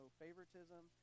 favoritism